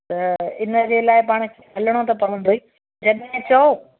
त इनजे लाइ पाण हलिणो त पवंदो ई जॾहिं चओ